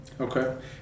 Okay